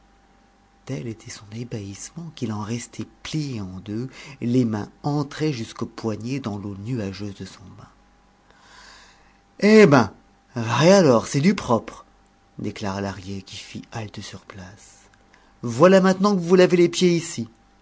tel était son ébahissement qu'il en restait plié en deux les mains entrées jusqu'aux poignets dans l'eau nuageuse de son bain eh ben vrai alors c'est du propre déclara lahrier qui fit halte sur place voilà maintenant que vous vous lavez les pieds ici